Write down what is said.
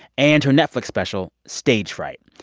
and her netflix special, stage fright.